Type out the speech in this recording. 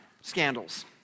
scandals